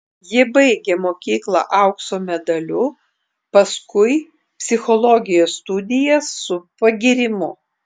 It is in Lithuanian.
ji baigė mokyklą aukso medaliu paskui psichologijos studijas su pagyrimu